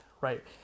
right